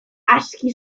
aski